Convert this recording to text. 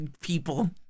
people